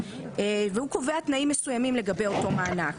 והוא קובע תנאים מסוימים לגבי אותו מענק,